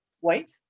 white